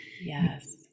Yes